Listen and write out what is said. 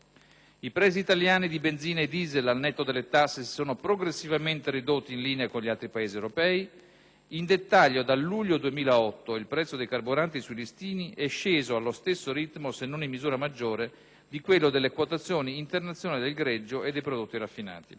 i prezzi italiani di benzina e diesel (al netto delle tasse) si sono progressivamente ridotti in linea con gli altri Paesi europei. In dettaglio, da luglio 2008 il prezzo dei carburanti sui listini è sceso allo stesso ritmo, se non in misura maggiore, di quello delle quotazioni internazionali del greggio e dei prodotti raffinati.